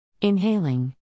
Inhaling